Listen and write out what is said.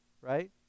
right